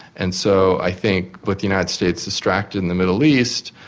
and so i think with the united states distracted in the middle east,